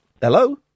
hello